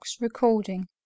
recording